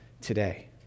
today